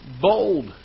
bold